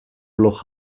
blog